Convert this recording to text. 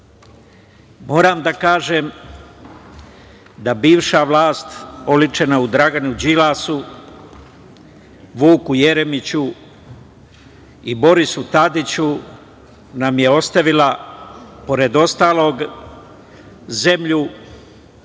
da kažem da bivša vlast, oličena u Draganu Đilasu, Vuku Jeremiću i Borisu Tadiću, nam je ostavila pored ostalog zemlju